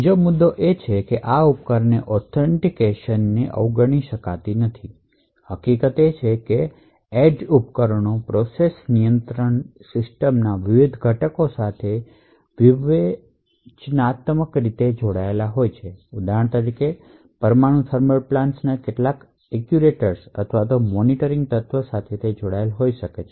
બીજો મુદ્દો એ છે કે આ ઉપકરણોની ઓથેન્ટિકેશનને અવગણી શકાતી નથી હકીકત એ છે કે આ એજ ઉપકરણો પ્રોસેસ નિયંત્રણ સિસ્ટમ ના વિવિધ ઘટકો સાથે તદ્દન વિવેચનાત્મક રીતે જોડાયેલા છે ઉદાહરણ તરીકે તે પરમાણુ થર્મલ પ્લાન્ટ્સના કેટલાક એક્ચ્યુએટર્સ અથવા મોનિટરિંગ તત્વો સાથે જોડાયેલ હોઈ શકે છે